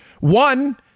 one